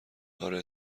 آره